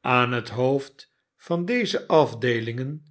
aan het hoofd van deze afdeelingen